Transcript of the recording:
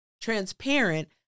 transparent